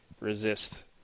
resist